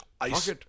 Ice